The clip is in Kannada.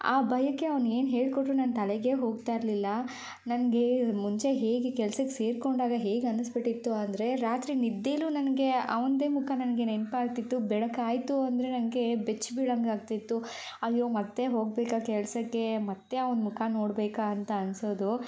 ಆ ಭಯಕ್ಕೆ ಅವನು ಏನು ಹೇಳ್ಕೊಟ್ರೂ ನನ್ನ ತಲೆಗೇ ಹೋಗ್ತಾಯಿರ್ಲಿಲ್ಲ ನನಗೆ ಮುಂಚೆ ಹೇಗೆ ಕೆಲಸಕ್ಕೆ ಸೇರಿಕೊಂಡಾಗ ಹೇಗೆ ಅನಿಸ್ಬಿಟ್ಟಿತ್ತು ಅಂದರೆ ರಾತ್ರಿ ನಿದ್ದೇಲೂ ನನಗೆ ಅವಂದೇ ಮುಖ ನನಗೆ ನೆನಪಾಗ್ತಿತ್ತು ಬೆಳಕಾಯಿತು ಅಂದರೆ ನನಗೆ ಬೆಚ್ಚಿ ಬೀಳೊಂಗೆ ಆಗ್ತಿತ್ತು ಅಯ್ಯೋ ಮತ್ತೆ ಹೋಗಬೇಕಾ ಕೆಲಸಕ್ಕೆ ಮತ್ತೆ ಅವನ ಮುಖ ನೋಡಬೇಕಾ ಅಂತ ಅನಿಸೋದು